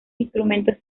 instrumentos